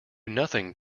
nothing